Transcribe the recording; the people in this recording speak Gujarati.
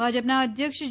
ભાજપના અધ્યક્ષ જે